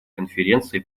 конференции